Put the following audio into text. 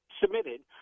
submitted